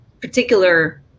particular